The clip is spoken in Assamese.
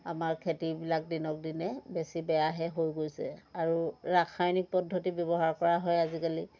আমাৰ খেতিবিলাক দিনক দিনে বেছি বেয়াহে হৈ গৈছে আৰু ৰাসায়নিক পদ্ধতি ব্যৱহাৰ কৰা হয় আজিকালি